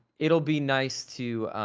it'll be nice to,